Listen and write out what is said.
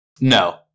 No